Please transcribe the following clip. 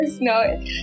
no